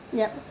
yup